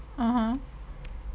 (uh huh)